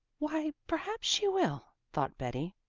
why, perhaps she will, thought betty,